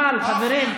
חיבור חשמל, חברים.